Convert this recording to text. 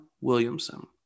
Williamson